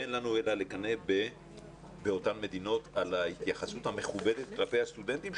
אין לנו אלא לקנא באותן מדינות על ההתייחסות המכובדת כלפי הסטודנטים,